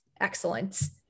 excellence